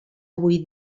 avui